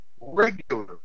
regular